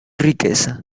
riqueza